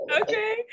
okay